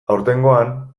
aurtengoan